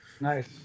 Nice